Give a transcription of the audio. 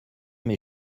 mes